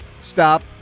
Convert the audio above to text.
Stop